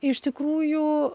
iš tikrųjų